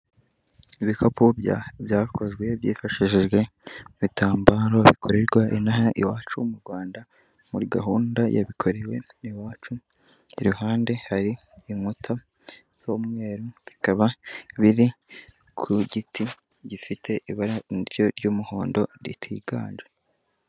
Ibikapu byakozwe byifashishijwe ibitambaro bikorerwa ino aha iwacu mu Rwanda muri gahunda ya bikorewe iwacu, iruhande hari inkuta z'umweru, bikaba biri ku giti gifite ibara ry'umuhondo ritiganje.